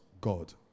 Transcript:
God